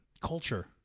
culture